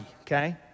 okay